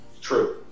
True